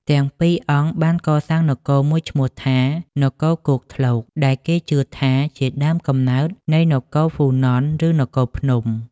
ទាំងពីរអង្គបានកសាងនគរមួយឈ្មោះថា នគរគោកធ្លក ដែលគេជឿថាជាដើមកំណើតនៃនគរហ្វូណន ឬនគរភ្នំ។